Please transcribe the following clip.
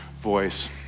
voice